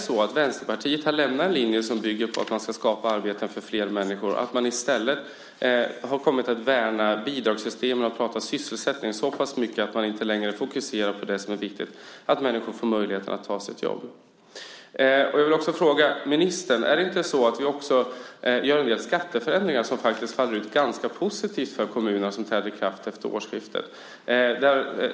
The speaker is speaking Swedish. Har Vänsterpartiet lämnat linjen att man ska skapa arbeten för flera människor och i stället värna bidragssystemen - har man pratat sysselsättning så länge att man inte längre är fokuserad på det som är viktigt, nämligen att människor får möjligheten att ta ett jobb? Jag vill också fråga ministern: Gör vi inte en del skatteförändringar som faller ut ganska positivt för kommunerna i och med årsskiftet?